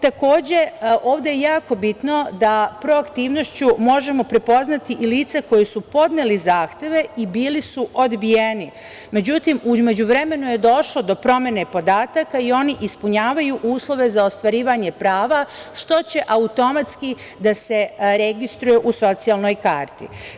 Takođe, ovde je jako bitno da proaktivnošću možemo prepoznati i lica koja su podnela zahteve i bili su odbijeni, međutim, u međuvremenu je došlo do promene podataka i oni ispunjavaju uslove za ostvarivanje prava, što će automatski da se registruje u socijalnoj karti.